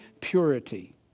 purity